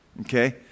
Okay